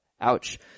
Ouch